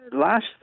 last